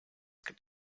gibt